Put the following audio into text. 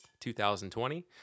2020